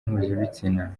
mpuzabitsina